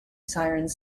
sirens